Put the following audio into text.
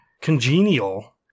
congenial